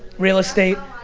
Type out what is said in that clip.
real estate.